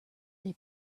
they